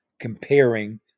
comparing